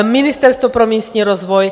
Ministerstvo pro místní rozvoj.